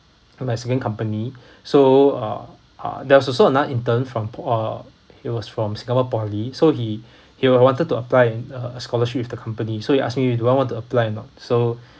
with my second company so uh uh there was also another intern from p~ uh he was from singapore poly so he he uh wanted to apply in uh scholarship with the company so he ask me do I want to apply or not so